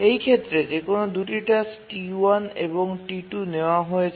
এই ক্ষেত্রে যেকোনো ২টি টাস্ক T1 এবং T2 নেওয়া হয়েছে